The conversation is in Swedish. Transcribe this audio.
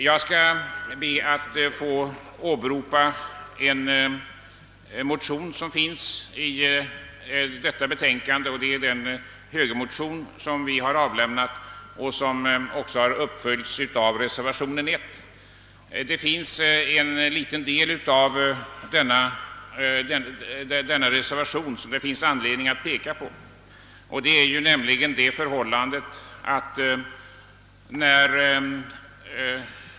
Jag ber att få åberopa högermotionen II: 278, som har behandlats i detta betänkande och som också uppföljs i reservation I. Det finns anledning att peka på mom. 4 och 5 i denna reservation.